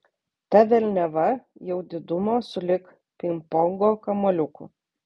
ta velniava jau didumo sulig pingpongo kamuoliuku